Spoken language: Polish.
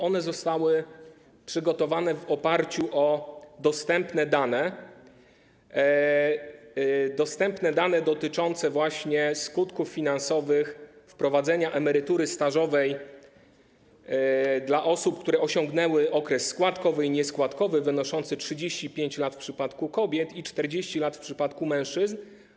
One zostały przygotowane w oparciu o dostępne dane dotyczące właśnie skutków finansowych wprowadzenia emerytury stażowej dla osób, które osiągnęły okres składkowy i nieskładkowy wynoszący 35 lat w przypadku kobiet i 40 lat w przypadku mężczyzn.